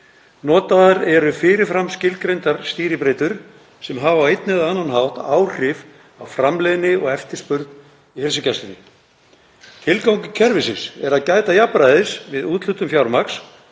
Notaðar eru fyrir fram skilgreindar skýribreytur sem hafa á einn eða annan hátt áhrif á framleiðni og eftirspurn í heilsugæslunni. Tilgangur kerfisins er að gæta jafnræðis við úthlutun fjármagns